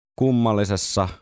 kummallisessa